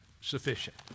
sufficient